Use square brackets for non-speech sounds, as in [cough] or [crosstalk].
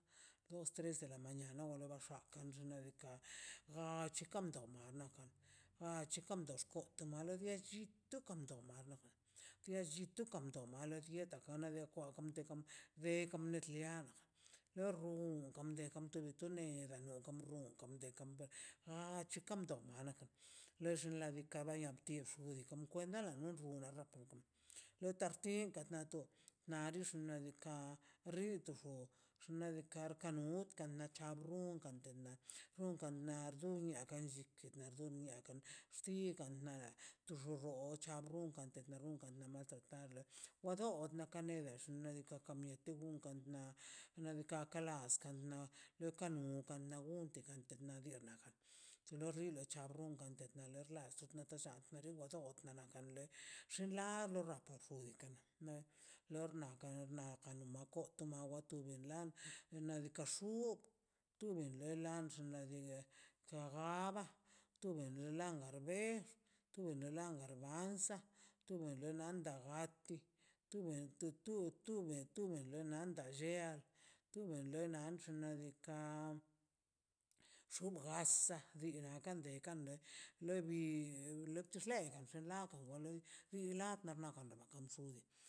Dos tres de la mañana wa lo da xaka xnaꞌ diikaꞌ ga chikan tomdnə ha chikan tom xkok toma le lle tu kan choma lo le llito kam to male lli mieta jana wale kwa jamalte kam be kam nal tea lo rrun kamle kamto wa rrene kam rru kamde kamper a chika tamdo ganako le xnaꞌ diikaꞌ ki xu kam kwenda [unintelligible] tarti kat nato na lix xnaꞌ diikaꞌ rri to xo xnaꞌ diika' kanur kan na chab brun kante na ungan na nar dunia agan lliki na dunia sikan lana tu rroroch chabrunkan teldə naꞌ rrunkan natlə padlə wadod na kan nedex naꞌ kaka mieti ukan na nadika ka las skal nan ulkan no kanu nagun tegan terna mi nerga sho lo rrible chalo gun te to tlan ne ne to llan nero go tod nekan le xen la lo rrapo funikana me lorna kane lorna kamo na ko toma goko to wi la nadika xuu tu bele lan xnali kababa tu ber langa be tu ber langa la danza tu be be landa a ti tu tu ben tu ben be landa llea tu ben land xnaꞌ diika' xubgasa rin kan de kande ḻe bi tip te xle la gon go loi bin latna kan ga lam suri.